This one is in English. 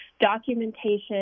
documentation